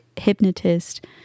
hypnotist